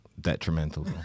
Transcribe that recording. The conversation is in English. detrimental